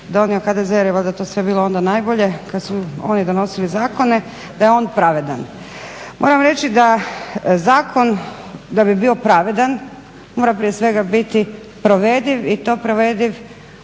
da je on pravedan. Moram reći da zakon da bi bio pravedan mora prije svega biti provediv i to provediv